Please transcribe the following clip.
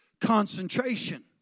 concentration